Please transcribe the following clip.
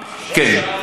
כן.